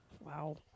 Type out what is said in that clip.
Wow